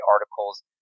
articles